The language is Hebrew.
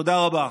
תודה רבה.